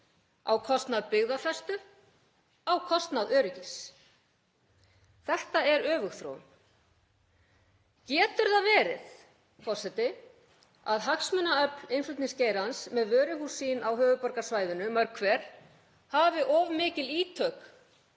á kostnað byggðafestu, á kostnað öryggis. Þetta er öfugþróun. Getur það verið, forseti, að hagsmunaöfl innflutningsgeirans með vöruhús sín á höfuðborgarsvæðinu mörg hver, hafi of mikil ítök